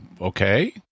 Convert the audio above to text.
okay